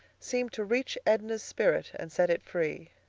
seemed to reach edna's spirit and set it free.